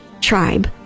tribe